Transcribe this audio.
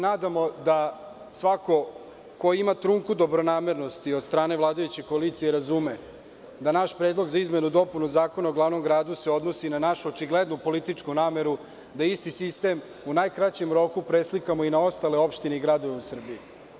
Nadamo se da, svako ko ima trunku dobronamernosti od strane vladajuće koalicije, razume da naš predlog za izmenu i dopunu Zakona o glavnom gradu se odnosi na našu očiglednu političku nameru da isti sistem u najkraćem roku preslikamo i na ostale opštine i gradove u Srbiji.